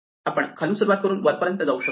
आपण खालून सुरुवात करून वरपर्यंत जाऊ शकतो